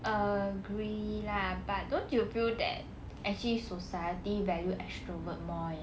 agree lah but don't you feel that actually society value extrovert more